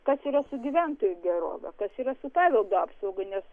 kas yra su gyventojų gerove kas yra su paveldo apsauga nes